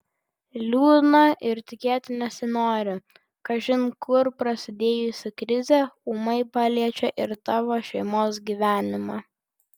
liūdna ir tikėti nesinori kažin kur prasidėjusi krizė ūmai paliečia ir tavo šeimos gyvenimą